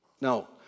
Now